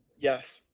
yes.